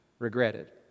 regretted